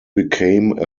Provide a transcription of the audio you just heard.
became